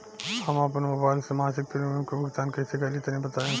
हम आपन मोबाइल से मासिक प्रीमियम के भुगतान कइसे करि तनि बताई?